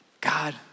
God